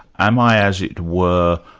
am i, as it were,